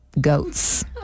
goats